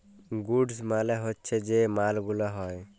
goods মালে হচ্যে যে মাল গুলা হ্যয়